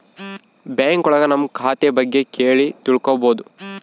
bank ಒಳಗ ನಮ್ ಖಾತೆ ಬಗ್ಗೆ ಕೇಳಿ ತಿಳ್ಕೋಬೋದು